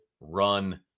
run